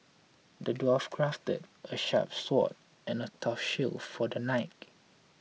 the dwarf crafted a sharp sword and a tough shield for the knight